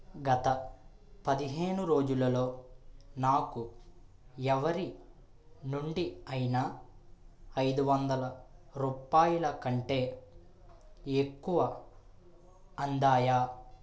గత పదిహేను రోజులలో నాకు ఎవరి నుండి అయినా ఐదు వందల రూపాయల కంటే ఎక్కువ అందాయా